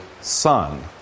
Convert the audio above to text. son